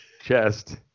chest